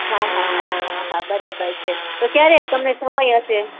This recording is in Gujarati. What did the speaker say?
હા હા હા હા હા બરાબર છે તો ક્યારે તમને સમય હશે